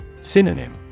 Synonym